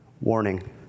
warning